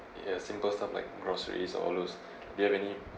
ya simple stuff like groceries all those do you have any